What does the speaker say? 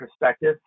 Perspective